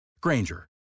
Granger